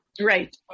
Right